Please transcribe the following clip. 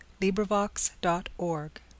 LibriVox.org